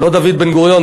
לא דוד בן-גוריון,